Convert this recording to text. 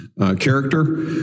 Character